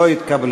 לא,